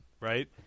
right